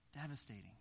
devastating